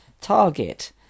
target